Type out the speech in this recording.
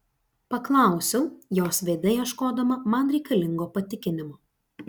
paklausiau jos veide ieškodama man reikalingo patikinimo